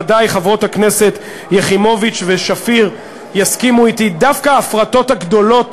בוודאי חברות הכנסת יחימוביץ ושפיר יסכימו אתי: דווקא ההפרטות הגדולות